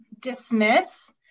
dismiss